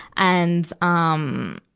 and, um,